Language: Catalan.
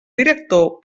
director